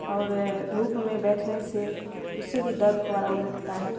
اور دھوپ میں بیٹھنے سے اس سے بھی درد کو آرام ملتا ہے